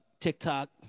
TikTok